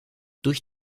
durch